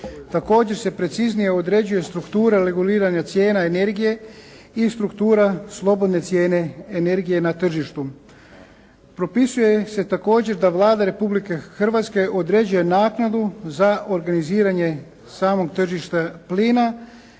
Također se preciznije odrađuje struktura reguliranja cijena energije i struktura slobodne cijene energije na tržištu. Propisuje se također da Vlada Republike Hrvatske određuje naknadu za organiziranje samog tržišta plina